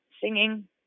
singing